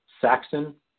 Saxon